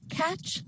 catch